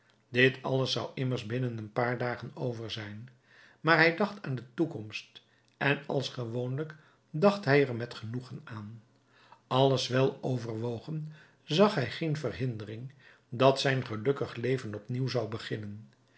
dit alles zou immers binnen een paar dagen over zijn maar hij dacht aan de toekomst en als gewoonlijk dacht hij er met genoegen aan alles wel overwogen zag hij geen verhindering dat zijn gelukkig leven opnieuw zou beginnen